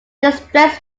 distress